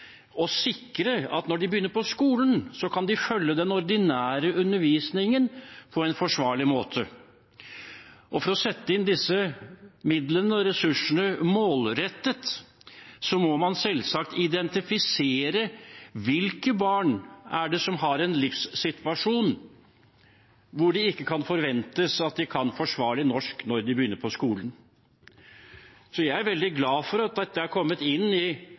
å sikre at når de begynner på skolen, kan de følge den ordinære undervisningen på en forsvarlig måte. For å sette inn disse midlene og ressursene målrettet må man selvsagt identifisere hvilke barn det er som har en livssituasjon som gjør at det ikke kan forventes at de kan forsvarlig norsk når de begynner på skolen. Jeg er veldig glad for at dette er kommet inn i